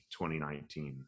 2019